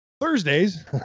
Thursdays